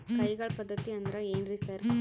ಕೈಗಾಳ್ ಪದ್ಧತಿ ಅಂದ್ರ್ ಏನ್ರಿ ಸರ್?